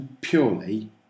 purely